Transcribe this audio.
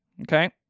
okay